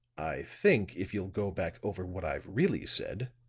i think if you'll go back over what i've really said,